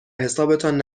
حسابتان